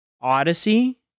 Odyssey